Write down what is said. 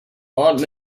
want